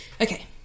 Okay